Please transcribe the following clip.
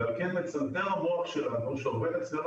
ועל כן מצנתר המוח שלנו שעובד אצלנו